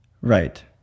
Right